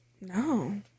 No